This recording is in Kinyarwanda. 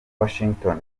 washington